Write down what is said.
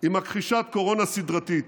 היא מכחישת קורונה סדרתית,